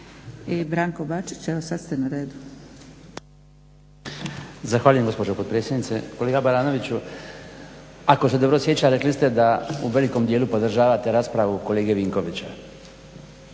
I Branko Bačić, evo sad ste na redu. **Bačić, Branko (HDZ)** Zahvaljujem gospođo potpredsjednice. Kolega Baranoviću, ako se dobro sjećam rekli ste da u velikom dijelu podržavate raspravu kolege Vinkovića,